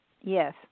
Yes